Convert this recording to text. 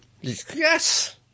Yes